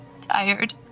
tired